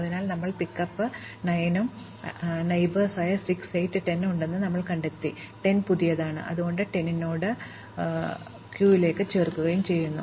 അവസാനമായി ഞങ്ങൾ പിക്കപ്പ് 9 ഉം പിക്കപ്പ് 9 ഉം ഇതിന് അയൽവാസിയായ 6 8 ഉം 10 ഉം ഉണ്ടെന്ന് ഞങ്ങൾ കണ്ടെത്തി 10 പുതിയതാണ് അതിനാൽ 10 മാർക്ക് നേടുകയും ക്യൂവിലേക്ക് ചേർക്കുകയും ചെയ്യുന്നു